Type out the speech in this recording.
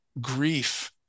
grief